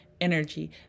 energy